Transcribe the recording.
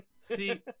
See